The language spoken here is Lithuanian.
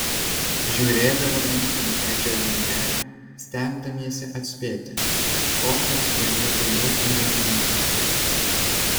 žiūrėdavome į edžio veidelį stengdamiesi atspėti kokios galėtų būti jo mintys